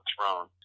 throne